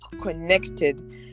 connected